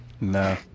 No